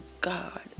God